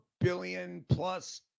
billion-plus